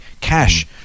Cash